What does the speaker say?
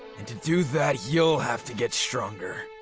and to do that you'll have to get stronger.